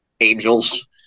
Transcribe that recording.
Angels